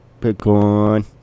Bitcoin